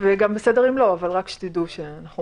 אם תרצו.